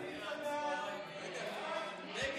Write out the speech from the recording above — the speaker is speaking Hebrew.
ההצבעה תהיה הצבעה אידיאולוגית.